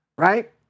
right